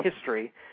history